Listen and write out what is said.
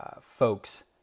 folks